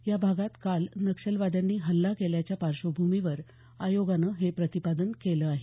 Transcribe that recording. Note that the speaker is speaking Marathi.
या भागात काल नक्षलवाद्यांनी हल्ला केल्याच्या पार्श्वभूमीवर आयोगानं हे प्रतिपादन केलं आहे